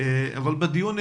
בישיבה